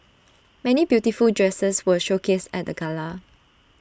many beautiful dresses were showcased at the gala